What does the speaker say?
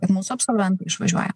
kad mūsų absolventai išvažiuoja